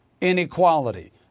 inequality